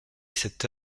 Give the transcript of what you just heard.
cette